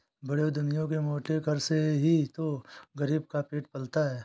बड़े उद्यमियों के मोटे कर से ही तो गरीब का पेट पलता है